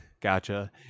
gotcha